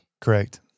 Correct